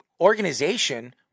organization